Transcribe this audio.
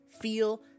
feel